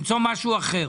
למצוא משהו אחר.